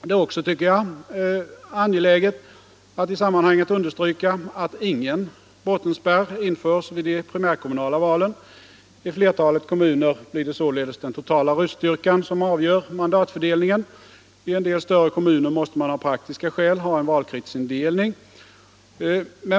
Det är också angeläget att understryka att ingen bottenspärr införs i de primärkommunala valen. I flertalet kommuner blir det således den totala röststyrkan som avgör fördelningen. I en del större kommuner måste man av praktiska skäl ha en valkretsindelning.